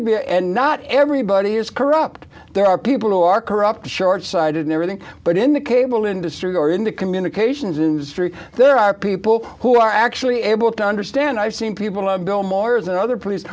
to be and not everybody is corrupt there are people who are corrupt shortsighted in everything but in the cable industry or in the communications industry there are people who are actually able to understand i've seen people of go mars and other police